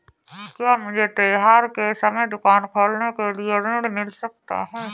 क्या मुझे त्योहार के समय दुकान खोलने के लिए ऋण मिल सकता है?